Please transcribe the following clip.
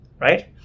right